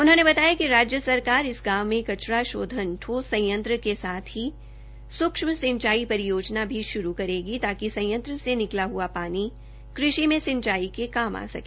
उन्होंने बताया कि राज्य सरकार इस गांव में कचरा शोधन ठोस संयंत्र के साथ ही सुक्ष्म सिंचाई परियोजना भी श्रू करेगी ताकि संयंत्र से निकला हआ पानी कृषि में सिंचाई के काम आ सके